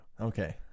Okay